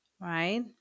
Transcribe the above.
right